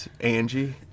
Angie